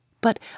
But